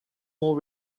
more